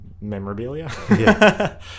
memorabilia